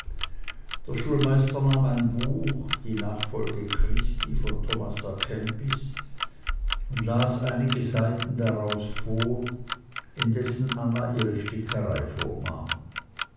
der schulmeister nahm ein buch die nachfolge christi von thomas a kempis und las einige seiten daraus vor indessen anna ihre stickerei